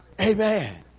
Amen